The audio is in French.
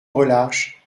relâche